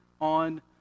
on